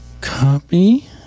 Copy